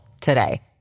today